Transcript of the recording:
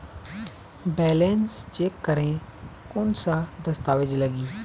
Balance check करें कोन सा दस्तावेज लगी?